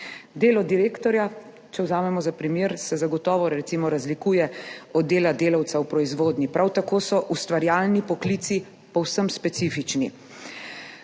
Delo direktorja, če vzamemo za primer, se recimo zagotovo razlikuje od dela delavca v proizvodnji, prav tako so ustvarjalni poklici povsem specifični.